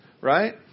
right